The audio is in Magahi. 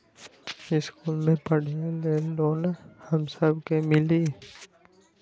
इश्कुल मे पढे ले लोन हम सब के मिली?